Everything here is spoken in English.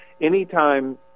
Anytime